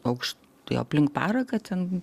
paukšt aplink paraką ten